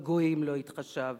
בגויים לא יתחשב.